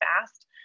fast